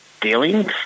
dealings